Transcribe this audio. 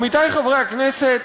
עמיתי חברי הכנסת,